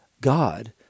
God